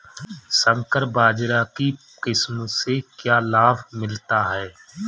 संकर बाजरा की किस्म से क्या लाभ मिलता है?